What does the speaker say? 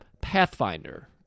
pathfinder